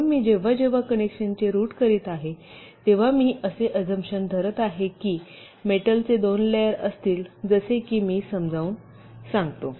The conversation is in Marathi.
म्हणून मी जेव्हा जेव्हा कनेक्शनचे रूट करीत आहे तेव्हा मी असे अजमशन धरत आहे की मेटलचे दोन लेयर असतील जसे की मी समजावून सांगू